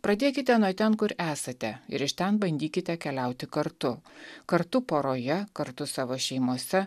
pradėkite nuo ten kur esate ir iš ten bandykite keliauti kartu kartu poroje kartu savo šeimose